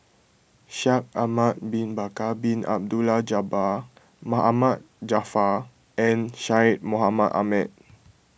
Shaikh Ahmad Bin Bakar Bin Abdullah Jabbar Ma Ahmad Jaafar and Syed Mohamed Ahmed